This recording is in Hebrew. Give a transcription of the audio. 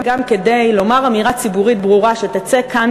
כדי לומר אמירה ציבורית ברורה שתצא מכאן,